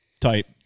type